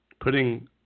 putting